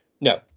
No